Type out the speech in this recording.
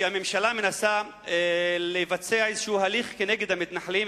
כשהממשלה מנסה לבצע איזה הליך כנגד המתנחלים.